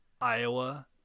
Iowa